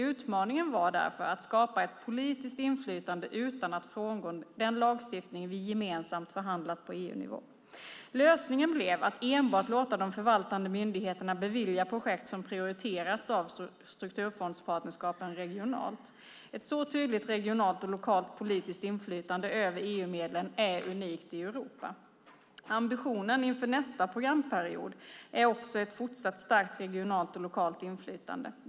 Utmaningen var därför att skapa ett politiskt inflytande utan att frångå den lagstiftning vi gemensamt förhandlat fram på EU-nivå. Lösningen blev att enbart låta de förvaltande myndigheterna bevilja projekt som prioriterats av strukturfondspartnerskapen regionalt. Ett så tydligt regionalt och lokalt politiskt inflytande över EU-medlen är unikt i Europa. Ambitionen inför nästa programperiod är också ett fortsatt starkt regionalt och lokalt inflytande.